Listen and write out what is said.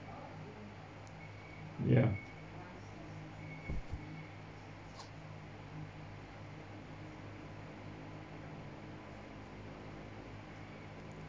ya